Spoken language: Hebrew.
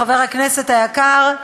חבר הכנסת היקר,